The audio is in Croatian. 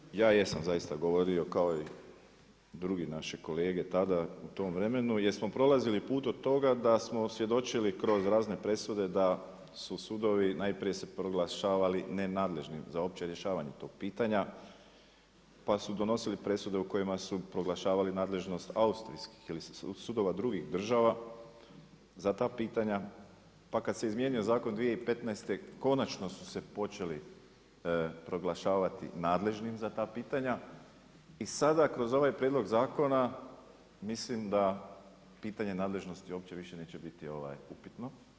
Kolega Babić, ja jesam zaista govorio kao i drugi naši kolege tada u tom vremenu jer smo prolazili put od toga da smo svjedočili kroz razne presude da su sudovi najprije su se proglašavali nenadležnim za opće rješavanje tog pitanja, pa su donosili presude u kojima su proglašavali nadležnost austrijskih ili sudova drugih država za ta pitanja, pa kada se izmijenio zakon 2015. konačno su se počeli proglašavati nadležnim za ta pitanja i sada kroz ovaj prijedlog zakona mislim da pitanje nadležnosti uopće više neće biti upitno.